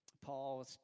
Paul